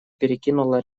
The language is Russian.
перекинула